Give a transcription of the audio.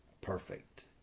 perfect